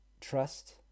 trust